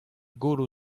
gouloù